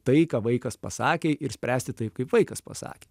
tai ką vaikas pasakė ir spręsti taip kaip vaikas pasakė